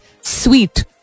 sweet